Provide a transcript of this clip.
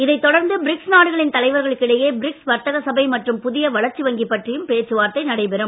இதைத் தொடர்ந்து பிரிக்ஸ் நாடுகளின் தலைவர்களுக்கு இடையே பிரிக்ஸ் வர்த்தக சபை மற்றும் புதிய வளர்ச்சி வங்கி பற்றியும் பேச்சுவார்த்தை நடைபெறும்